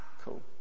cool